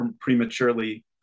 prematurely